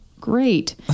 Great